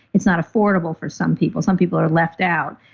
it's not affordable for some people. some people are left out.